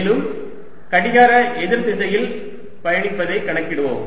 மேலும் கடிகார எதிர் திசையில் பயணிப்பதைக் கணக்கிடுவோம்